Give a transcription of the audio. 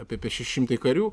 apie šeši šimtai karių